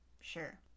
sure